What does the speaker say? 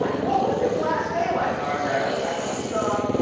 what was his last day like? like, all right, man. i gotta pack up my stuff,